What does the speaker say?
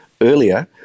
earlier